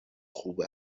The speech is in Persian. خوب